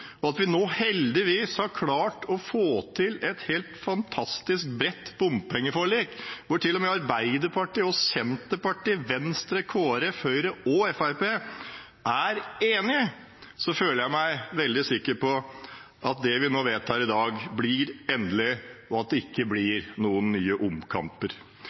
og at vi nå heldigvis har klart å få til et helt fantastisk bredt bompengeforlik, hvor Arbeiderpartiet, Senterpartiet, Venstre, Kristelig Folkeparti, Høyre og Fremskrittspartiet er enige, føler jeg meg veldig sikker på at det vi nå vedtar i dag, blir endelig, og at det ikke blir noen nye omkamper.